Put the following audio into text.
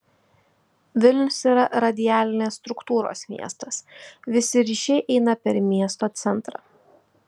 vilnius yra radialinės struktūros miestas visi ryšiai eina per miesto centrą